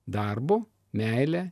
darbu meile